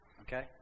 Okay